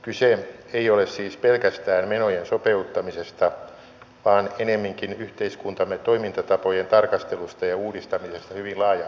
kyse ei ole siis pelkästään menojen sopeuttamisesta vaan ennemminkin yhteiskuntamme toimintatapojen tarkastelusta ja uudistamisesta hyvin laaja alaisesti